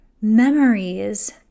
memories